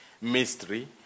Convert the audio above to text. mystery